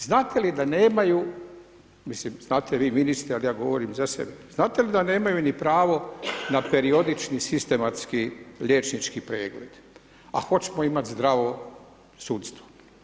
Znate li da nemaju, mislim znate vi ministre ali ja govorim za sebe, znate li da nemaju pravo na periodični sistematski liječnički pregled, a hoćemo imati zdravo sudstvo.